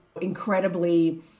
incredibly